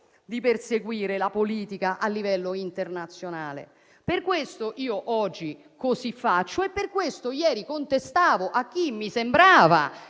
di perseguire la politica a livello internazionale. Per questo oggi così faccio e per questo ieri contestavo chi mi sembrava